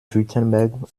württemberg